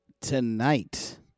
tonight